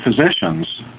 physicians